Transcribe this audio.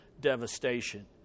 devastation